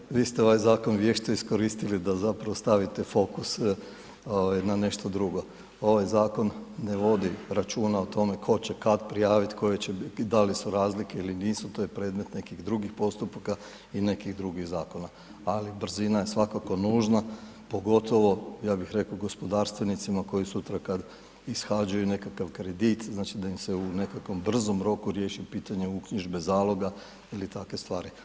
Dobro, vi ste ovaj zakon vješto iskoristili da zapravo stavite fokus na nešto drugo, ovaj zakon ne vodi računa o tome tko će kad prijaviti, da li su razlike ili nisu, to je predmet nekih drugih postupaka i nekih drugih zakona ali brzina je svakako nužna, pogotovo ja bih rekao gospodarstvenicima koji sutra kad ishađaju nekakav kredit, znači da im se u nekakvom brzom roku riješi pitanje uknjižbe zaloga ili takve stvari.